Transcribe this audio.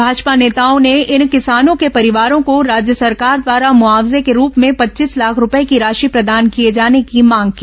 भाजपा नेताओं ने इन किसानों के परिवारों को राज्य सरकार द्वारा मुआवजे के रूप में पच्चीस लाख रूपये की राशि प्रदान किए जाने की मांग की